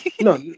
no